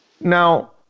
Now